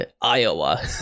Iowa